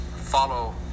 follow